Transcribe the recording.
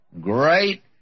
Great